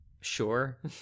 Sure